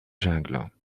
jungle